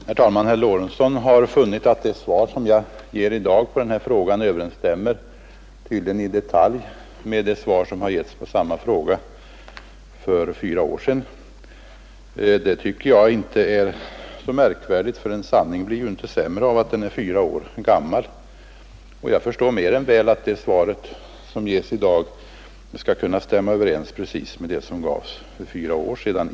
Herr talman! Herr Lorentzon har funnit att det svar jag gav i dag på den här frågan överensstämmer — tydligen i detalj — med det svar som gavs på samma fråga för fyra år sedan. Jag tycker inte att det är så märkvärdigt. En sanning blir inte sämre av att den är fyra år gammal, och jag förstår mer än väl att det svar som ges i dag kan stämma precis överens med det svar som gavs för fyra år sedan.